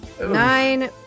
Nine